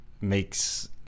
makes